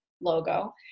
logo